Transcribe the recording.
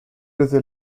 desde